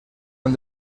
han